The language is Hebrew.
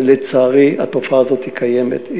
לצערי, התופעה הזאת קיימת,